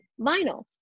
vinyl